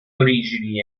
origini